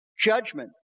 judgment